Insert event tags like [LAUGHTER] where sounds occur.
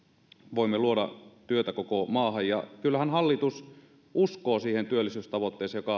voimme luoda työtä koko maahan kyllähän hallitus uskoo siihen työllisyystavoitteeseen joka [UNINTELLIGIBLE]